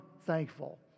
thankful